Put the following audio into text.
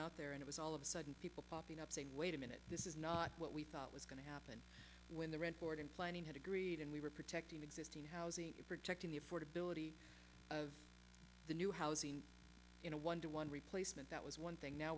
out there and it was all of a sudden people popping up saying wait a minute this is not what we thought was going to happen when the rent board and planning had agreed and we were protecting existing housing and protecting the affordability of the new housing in a one to one replacement that was one thing now